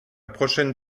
prochaine